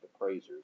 appraisers